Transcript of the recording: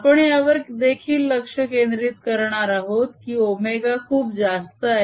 आपण यावर देखील लक्ष केंद्रित करणार आहोत की ω खूप जास्त आहे